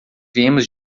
viemos